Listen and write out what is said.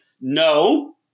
no